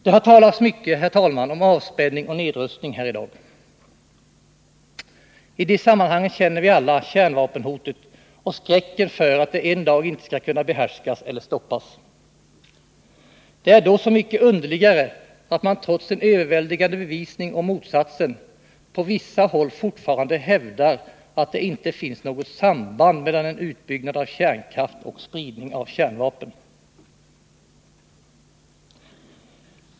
Det har talats mycket, herr talman, om avspänning och nedrustning här i dag. I de sammanhangen känner vi alla kärnvapenhotet och skräcken för att det en dag inte skall kunna behärskas eller stoppas. Då är det så mycket underligare att man, trots en överväldigande bevisning om motsatsen, på vissa håll fortfarande hävdar att det inte finns något samband mellan en utbyggnad av kärnkraften och spridningen av kärnvapen.